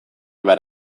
behar